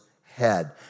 head